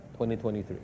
2023